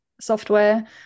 software